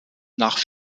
nach